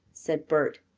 said bert.